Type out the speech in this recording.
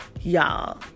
Y'all